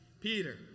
Peter